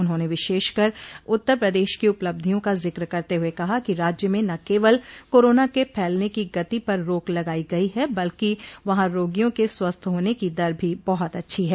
उन्होंने विशेषकर उत्तर प्रदेश की उपलब्धियों का जिक्र करते हुए कहा कि राज्य में न केवल कोरोना के फैलने की गति पर रोक लगाई गइ है बल्कि वहां रोगियों के स्वस्थ होने की दर भी बहुत अच्छी है